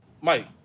Mike